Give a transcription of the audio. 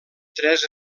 tres